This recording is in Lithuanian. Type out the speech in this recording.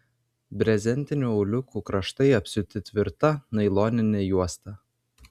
brezentinių auliukų kraštai apsiūti tvirta nailonine juosta